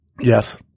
Yes